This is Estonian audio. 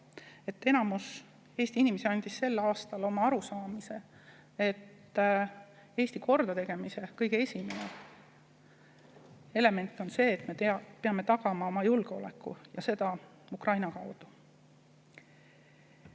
et enamus Eesti inimesi [avaldas] sel aastal arusaama, et Eesti kordategemise kõige esimene element on see, et me peame tagama oma julgeoleku ja seda Ukraina kaudu.